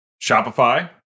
Shopify